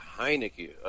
Heineke